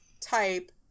type